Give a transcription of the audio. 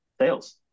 sales